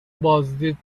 بازدید